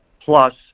plus